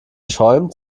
schäumt